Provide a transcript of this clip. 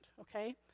okay